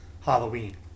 Halloween